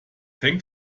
hängt